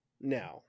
now